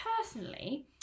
personally